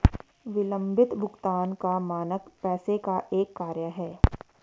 विलम्बित भुगतान का मानक पैसे का एक कार्य है